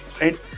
right